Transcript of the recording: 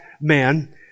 man